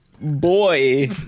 boy